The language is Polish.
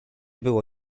było